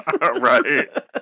right